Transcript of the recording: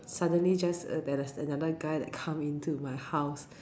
suddenly just uh there's another guy that come into my house